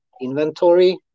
inventory